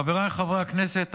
חבריי חברי הכנסת,